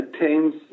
attains